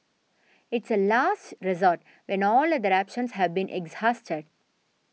it's a last resort when all other options have been exhausted